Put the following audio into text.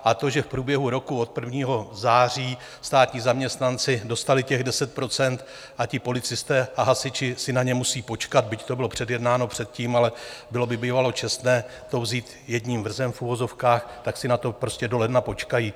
A to, že v průběhu roku od 1. září státní zaměstnanci dostali těch 10 % a policisté a hasiči si na ně musí počkat, byť to bylo předjednáno předtím, ale bylo by bývalo čestné to vzít jedním vrzem v uvozovkách, tak si na to prostě do ledna počkají.